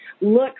Look